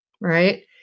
right